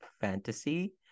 fantasy